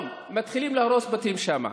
באותו יום מתחילים להרוס בתים שם.